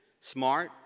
smart